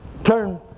Turn